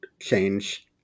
change